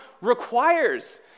requires